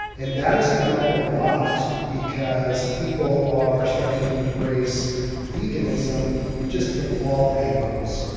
and that has come up a lot because people are starting to embrace veganism just from all angles.